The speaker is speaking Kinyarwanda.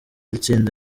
tsinda